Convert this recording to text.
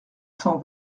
cent